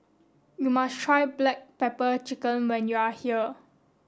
you must try black pepper chicken when you are here